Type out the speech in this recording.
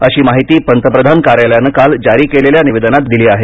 अशी माहिती पंतप्रधान कार्यालयानं काल जारी केलेल्या निवेदनांत दिली आहे